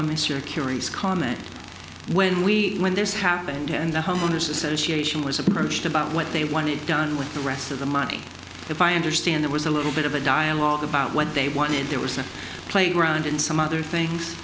comment when we when this happened and the homeowners association was approached about what they wanted done with the rest of the money if i understand it was a little bit of a dialogue about what they wanted there was a playground and some other things